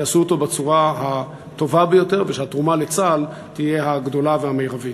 יעשו אותו בצורה הטובה ביותר ושהתרומה לצה"ל תהיה הגדולה והמרבית.